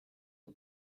you